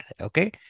Okay